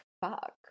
fuck